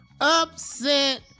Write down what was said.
Upset